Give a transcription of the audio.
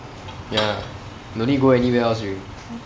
ya don't need to go anywhere else already